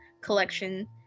collection